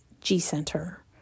G-center